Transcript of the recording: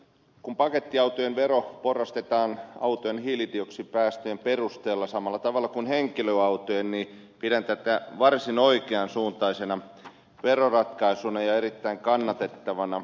kun pakettiautojen vero porrastetaan autojen hiilidioksidipäästöjen perusteella samalla tavalla kuin henkilöautojen niin pidän tätä varsin oikean suuntaisena veroratkaisuna ja erittäin kannatettavana